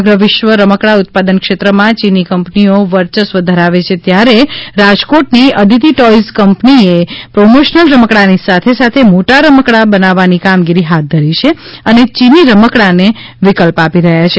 સમગ્ર વિશ્વ રમકડાં ઉત્પાદન ક્ષેત્રમાં ચીની કંપનીઓ વર્યસ્વ ધરાવે છે ત્યારે રાજકોટની અદિતિ ટોઈજ કંપનીએ પ્રોમોશનલ રમકડાની સાથે સાથે મોટા રમકડાં બનાવવાની કામગીરી હાથ ધરી છે અને ચીની રમકડાને વિકલ્પ આપી રહી છે